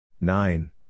Nine